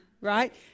right